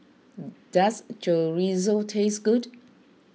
does Chorizo taste good